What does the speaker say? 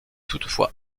toutefois